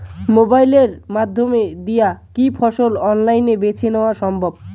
মোবাইলের মইধ্যে দিয়া কি ফসল অনলাইনে বেঁচে দেওয়া সম্ভব?